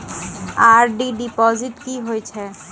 RD deposit की होय छै?